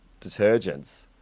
detergents